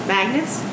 Magnets